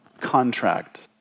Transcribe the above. contract